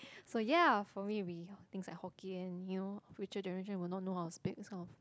so ya for me will be things like Hokkien you know future generation will not know how to speak this kind of